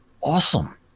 awesome